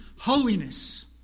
holiness